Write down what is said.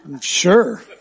Sure